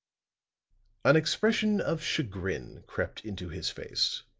an expression of chagrin crept into his face.